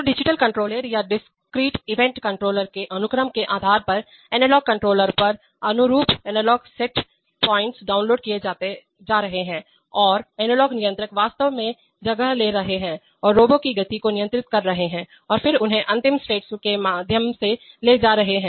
तो digital controller या discrete event controller के अनुक्रम के आधार पर एनालॉग कंट्रोलर पर अनुरूप एनालॉग सेट पॉइंट्स डाउनलोड किए जा रहे हैं और एनालॉग नियंत्रक वास्तव में जगह ले रहे हैं और रोबो की गति को नियंत्रित कर रहे हैं और फिर उन्हें अंतिम स्टेट्स के माध्यम से ले जा रहे हैं